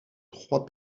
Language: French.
trois